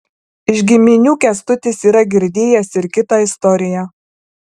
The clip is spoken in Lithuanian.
iš giminių kęstutis yra girdėjęs ir kitą istoriją